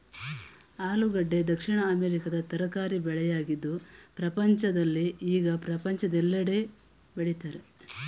ಆಲೂಗೆಡ್ಡೆ ದಕ್ಷಿಣ ಅಮೆರಿಕದ ತರಕಾರಿ ಬೆಳೆಯಾಗಿದ್ದು ಪ್ರಪಂಚದಲ್ಲಿ ಈಗ ಪ್ರಪಂಚದೆಲ್ಲೆಡೆ ಬೆಳಿತರೆ